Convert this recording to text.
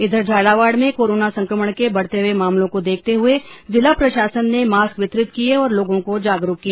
इधर झालावाड़ में कोरोना संक्रमण के बढ़ते हुए मामलों को देखते हुए जिला प्रशासन ने मास्क वितरित किए और लोगों को जागरूक किया